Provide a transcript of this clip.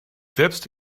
selbst